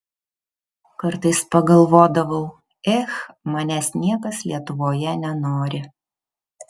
kartais pagalvodavau ech manęs niekas lietuvoje nenori